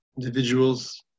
individuals